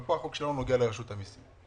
אבל החוק שלנו נוגע לרשות המיסים.